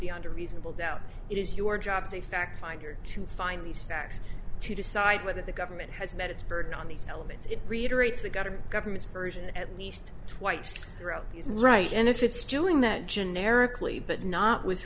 beyond a reasonable doubt it is your job as a fact finder to find these facts to decide whether the government has met its burden on these elements it reiterates the government government's version at least twice through out these right and if it's doing that generically but not with